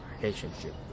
relationship